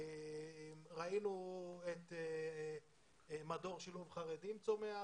ראינו את מדור שילוב חרדים צומח,